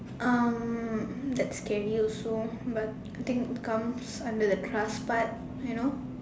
um that's scary also but I think it comes under the trust part you know